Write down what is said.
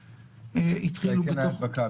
האם כן הייתה הדבקה?